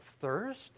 thirst